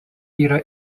yra